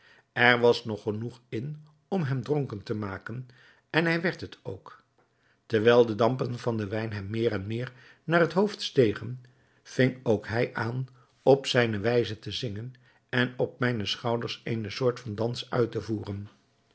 er was nog genoeg in om hem dronken te maken en hij werd het ook terwijl de dampen van den wijn hem meer en meer naar het hoofd stegen ving ook hij aan op zijne wijze te zingen en op mijne schouders eene soort van dans uit te voeren